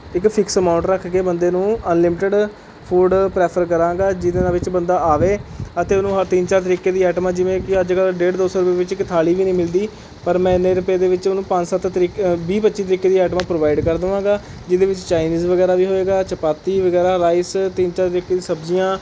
ਇੱਕ fix amount ਰੱਖ ਕੇ ਬੰਦੇ ਨੂੰ ਅਨਲਿਮਿਟਿਡ ਫੂ਼ਡ ਪ੍ਰੈਫ਼ਰ ਕਰਾਗਾਂ ਜਿਹਦੇ ਨਾਲ ਵਿੱਚ ਬੰਦਾ ਆਵੇ ਅਤੇ ਉਹਨੂੰ ਆਹ ਤਿੰਨ ਚਾਰ ਤਰੀਕੇ ਦੀ ਆਇਟਮਾਂ ਜਿਵੇਂ ਕਿ ਅੱਜ ਕੱਲ੍ਹ ਡੇਢ ਦੋ ਸੌ ਰੁਪਏ ਵਿੱਚ ਇੱਕ ਥਾਲੀ ਵੀ ਨਹੀਂ ਮਿਲਦੀ ਪਰ ਮੈਂ ਇੰਨੇ ਰੁਪਏ ਦੇ ਵਿੱਚ ਉਹਨੂੰ ਪੰਜ ਸੱਤ ਤਰੀਕੇ ਵੀਹ ਪੱਚੀ ਤਰੀਕੇ ਦੀਆਂ ਆਇਟਮਾਂ ਪ੍ਰੋਵਾਈਡ ਕਰ ਦੇਵਾਗਾਂ ਜਿਹਦੇ ਵਿੱਚ ਚਾਇਨੀਜ਼ ਵਗੈਰਾ ਵੀ ਹੋਵੇਗਾ ਚਪਾਤੀ ਵਗੈਰਾ ਰਾਈਸ ਤਿੰਨ ਚਾਰ ਤਰੀਕੇ ਦੀਆਂ ਸਬਜ਼ੀਆਂ